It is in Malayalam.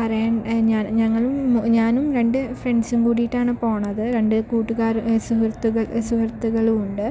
ആരാണ് ഞാ ഞങ്ങളും ഞാനും രണ്ട് ഫ്രണ്ട്സും കൂടീട്ടാണ് പോകുന്നത് രണ്ട് കൂട്ടുകാർ സുഹൃത്തുക്കൾ സുഹൃത്തുക്കളുമുണ്ട്